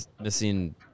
missing